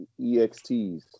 EXTs